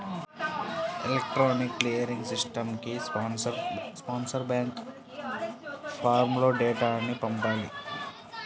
electronic clearing సిస్టమ్కి sponsor bank ఫారమ్లో డేటాను పంపాలి